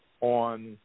on